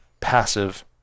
passive